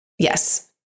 Yes